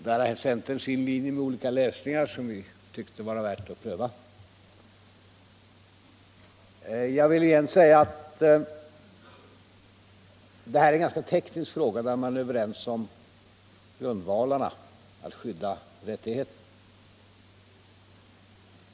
Där har centern sin linje med olika läsningar som vi tyckt att det var värt att pröva. Jag vill säga att det här är en ganska teknisk fråga, där vi är överens om grundvalen, att skydda rättigheterna.